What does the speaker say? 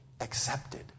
accepted